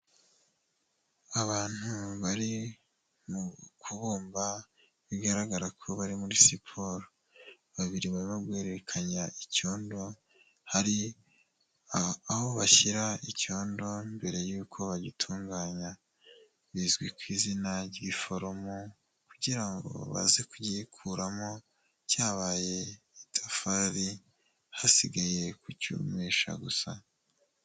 Abantu bari mu kubumba bigaragara ko bari muri siporo, babiri bari guhererekanya icyondo. Hari aho bashyira icyondo mbere yuko bagitunganya bizwi ku izina ry'iforomo kugira ngo baze kugiyikuramo cyabaye itafari, hasigaye kucyumisha gusa.